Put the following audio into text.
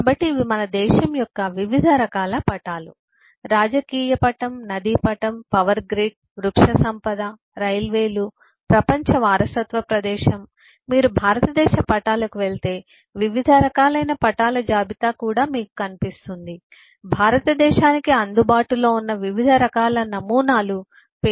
కాబట్టి ఇవి మన దేశం యొక్క వివిధ రకాల పటాలు రాజకీయ నది పటం పవర్ గ్రిడ్ వృక్షసంపద రైల్వేలు ప్రపంచ వారసత్వ ప్రదేశం మీరు భారతదేశ పటాలకు వెళితే వివిధ రకాలైన పటాల జాబితా కూడా మీకు కనిపిస్తుంది భారతదేశానికి అందుబాటులో ఉన్న వివిధ రకాల నమూనాలు పేజీల కొద్దీ వస్తాయి